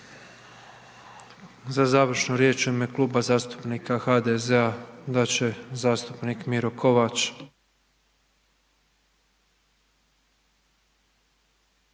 Za završnu riječ u ime Kluba zastupnika HDZ-a dat će zastupnik Miro Kovač.